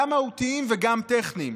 גם מהותיים וגם טכניים.